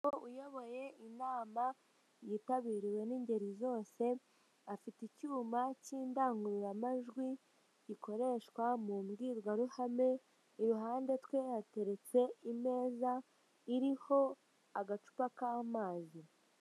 Umugabo uyoboye inama yitabiriwe n'ingeri zose, afite icyuma k'indangururamajwi gikoreshwa mu mbwirwaruhame, iruhande rwe hateretse imeza iriho agacupa k'amazi.